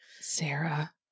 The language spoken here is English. Sarah